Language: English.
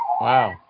Wow